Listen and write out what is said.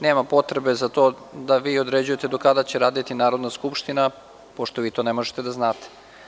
Nema potrebe za to da vi određujete do kada će raditi Narodna skupština, pošto vi to ne možete da znate.